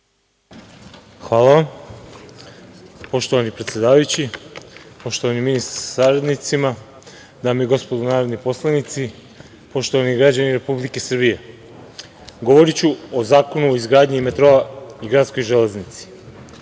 Hvala vam. Poštovani predsedavajući, poštovani ministre sa saradnicima, dame i gospodo narodni poslanici, poštovani građani Republike Srbije, govoriću o zakonu o izgradnji metroa i gradskoj železnici.O